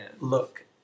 look